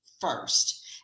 first